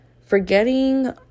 forgetting